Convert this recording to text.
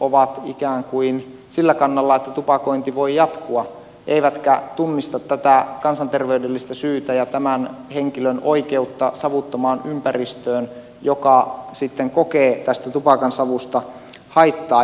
on ikään kuin sillä kannalla että tupakointi voi jatkua eikä tunnista tätä kansanterveydellistä syytä ja tämän henkilön joka sitten kokee tästä tupakansavusta haittaa oikeutta savuttomaan ympäristöön